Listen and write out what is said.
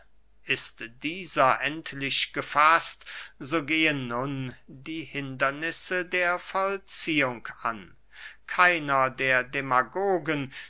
ist dieser endlich gefaßt so gehen nun die hindernisse der vollziehung an keiner der demagogen